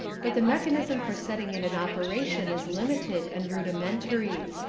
but the mechanism for setting it in operation is limited and rudimentary.